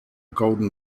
golden